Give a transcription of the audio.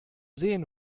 sehen